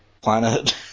planet